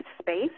space